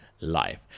life